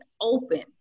open